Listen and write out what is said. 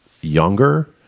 younger